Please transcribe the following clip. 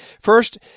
First